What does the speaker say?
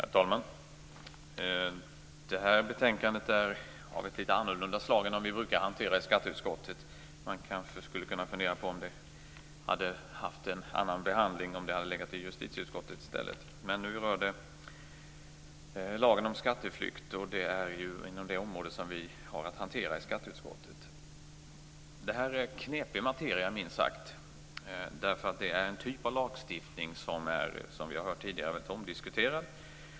Herr talman! Det här betänkandet är av ett litet annorlunda slag än de betänkanden som vi brukar hantera i skatteutskottet. Man kanske skulle kunna fundera på om det hade fått en annan behandling om det hade hanterats i justitieutskottet i stället. Men nu rör det lagen om skatteflykt, och det området hanterar vi i skatteutskottet. Detta är en knepig materia, minst sagt. Det är en typ av lagstiftning som är omdiskuterad, vilket vi har hört tidigare.